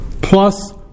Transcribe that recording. plus